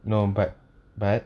no but but